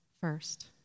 first